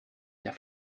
der